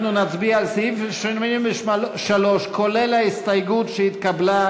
אנחנו נצביע על סעיף 83 כולל ההסתייגות שהתקבלה,